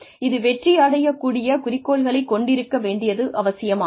இது வெற்றி அடையக் கூடிய குறிக்கோள்களை கொண்டிருக்க வேண்டியது அவசியமாகும்